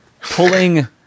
pulling